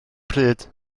pryd